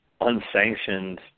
unsanctioned